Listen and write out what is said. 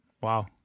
Wow